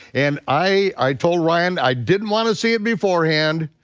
and i told ryan i didn't want to see it beforehand.